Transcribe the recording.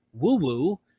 woo-woo